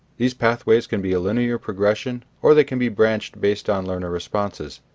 these pathways can be a linear progression or they can be branched based on learner responses.